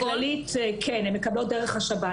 הם מקבלות דרך השב"ן,